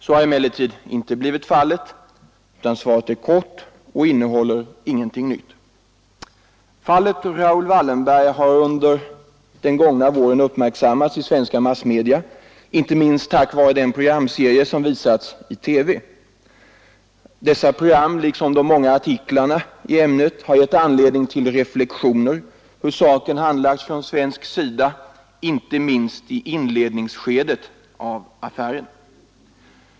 Så har emellertid inte blivit fallet, utan svaret är kort och innehåller ingenting nytt. Fallet Raoul Wallenberg har under den gångna våren uppmärksammats i svenska massmedia, inte minst tack vare den programserie som visats i TV. Dessa program liksom de många artiklarna i ämnet har gett anledning till reflexioner hur saken handlagts från svensk sida, inte minst i inledningsskedet av affären.